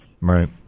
right